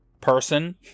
person